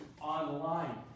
online